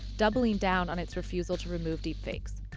doubling down on its refusal to remove deepfakes.